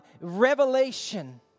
revelation